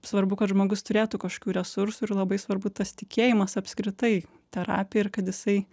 svarbu kad žmogus turėtų kažkokių resursų ir labai svarbu tas tikėjimas apskritai terapija ir kad jisai